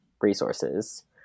resources